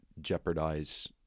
jeopardize